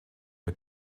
für